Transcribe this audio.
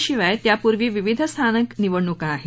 शिवाय त्यापुर्वी विविध स्थानिक निवडणुका आहेत